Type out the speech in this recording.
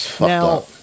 Now